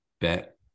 Bet